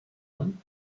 them